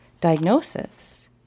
diagnosis